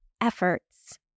efforts